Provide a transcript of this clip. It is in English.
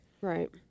Right